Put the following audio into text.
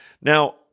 Now